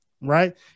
right